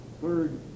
third